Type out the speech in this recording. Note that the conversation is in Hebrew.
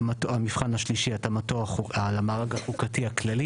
המבחן השלישי, התאמתו למארג החוקתי הכללי